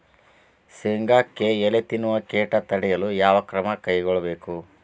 ಶೇಂಗಾಕ್ಕೆ ಎಲೆ ತಿನ್ನುವ ಕೇಟ ತಡೆಯಲು ಯಾವ ಕ್ರಮ ಕೈಗೊಳ್ಳಬೇಕು?